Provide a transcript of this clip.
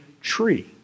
tree